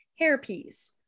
hairpiece